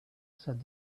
said